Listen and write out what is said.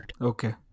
Okay